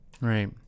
Right